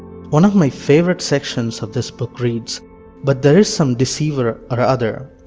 one of my favorite sections of this book reads but there is some deceiver or other,